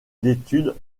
d’études